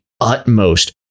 utmost